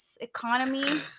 economy